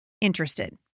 interested